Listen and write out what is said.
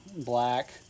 black